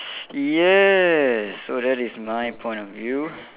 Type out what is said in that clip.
yes so that is my point of view